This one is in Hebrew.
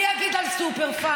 מי יגיד על סופר-פארם?